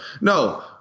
no